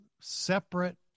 separate